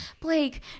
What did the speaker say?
Blake